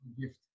gift